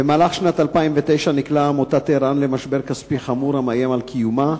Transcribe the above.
במהלך שנת 2009 נקלעה עמותת ער"ן למשבר כספי חמור המאיים על קיומה,